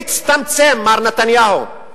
מר נתניהו,